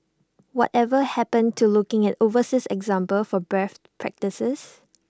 whatever happened to looking at overseas examples for best practices